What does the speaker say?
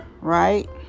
right